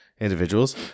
individuals